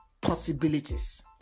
possibilities